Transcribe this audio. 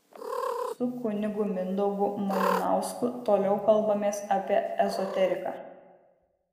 su kunigu mindaugu malinausku toliau kalbamės apie ezoteriką